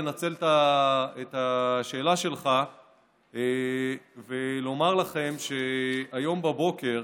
אני רוצה לנצל את השאלה שלך ולומר לכם שהיום בבוקר